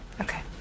Okay